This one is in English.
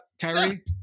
Kyrie